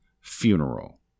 funeral